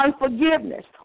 Unforgiveness